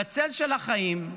בצל של החיים,